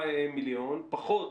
מיליון פחות